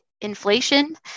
inflation